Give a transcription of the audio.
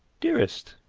dearest!